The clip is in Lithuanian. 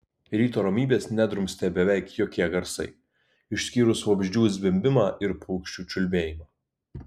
ryto ramybės nedrumstė beveik jokie garsai išskyrus vabzdžių zvimbimą ir paukščių čiulbėjimą